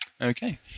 Okay